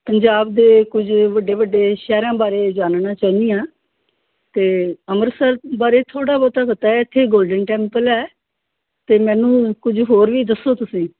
ਪੰਜਾਬ ਦੇ ਕੁਝ ਵੱਡੇ ਵੱਡੇ ਸ਼ਹਿਰਾਂ ਬਾਰੇ ਜਾਨਣਾ ਚਾਹੁੰਦੀ ਹਾਂ ਅਤੇ ਅੰਮ੍ਰਿਤਸਰ ਬਾਰੇ ਥੋੜ੍ਹਾ ਬਹੁਤਾ ਪਤਾ ਇੱਥੇ ਗੋਲਡਨ ਟੈਂਪਲ ਹੈ ਅਤੇ ਮੈਨੂੰ ਕੁਝ ਹੋਰ ਵੀ ਦੱਸੋ ਤੁਸੀਂ